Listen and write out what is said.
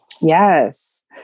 Yes